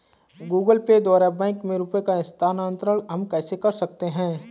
Google Pay द्वारा bank में रुपयों का स्थानांतरण हम कैसे कर सकते हैं?